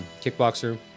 Kickboxer